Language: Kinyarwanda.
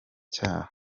cyaha